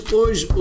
hoje